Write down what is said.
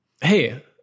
Hey